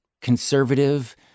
conservative